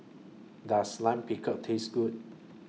Does Lime Pickle Taste Good